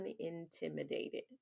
unintimidated